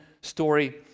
story